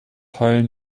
heulen